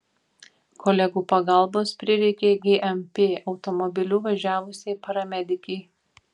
kolegų pagalbos prireikė gmp automobiliu važiavusiai paramedikei